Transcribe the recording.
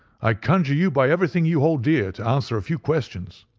i conjure you by everything you hold dear to answer a few questions.